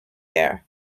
air